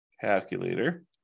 Calculator